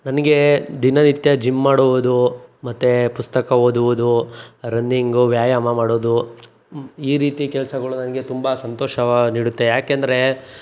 ನನಗೆ ದಿನನಿತ್ಯ ಜಿಮ್ ಮಾಡುವುದು ಮತ್ತೆ ಪುಸ್ತಕ ಓದುವುದು ರನ್ನಿಂಗು ವ್ಯಾಯಾಮ ಮಾಡೋದು ಈ ರೀತಿ ಕೆಲಸಗಳು ನನಗೆ ತುಂಬಾ ಸಂತೋಷವ ನೀಡುತ್ತೆ ಏಕೆಂದರೆ